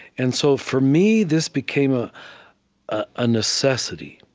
and so for me, this became a ah ah necessity,